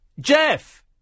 Jeff